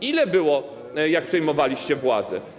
Ile było, jak przejmowaliście władzę?